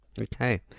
Okay